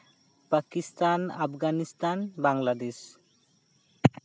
Pakistan Afghanistan Bangladesh